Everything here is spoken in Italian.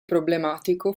problematico